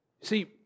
See